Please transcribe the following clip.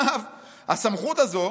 הסמכות הזאת